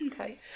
Okay